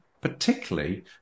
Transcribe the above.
particularly